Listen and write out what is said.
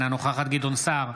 אינה נוכחת גדעון סער,